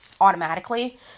automatically